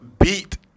Beat